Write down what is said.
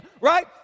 Right